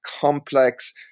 complex